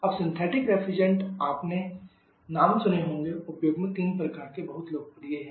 अब synthetic refrigerant आपने नाम सुने होंगे उपयोग में तीन प्रकार के बहुत लोकप्रिय नाम हैं